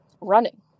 running